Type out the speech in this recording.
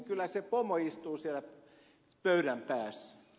kyllä se pomo istuu siellä pöydän päässä